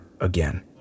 again